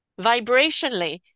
vibrationally